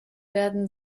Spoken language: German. werden